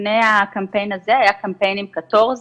לפני הקמפיין הזה היה קמפיין עם קטורזה.